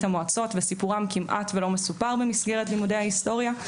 המועצות וסיפורם כמעט ולא מסופר במסגרת לימודי ההיסטוריה,